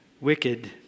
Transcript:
wicked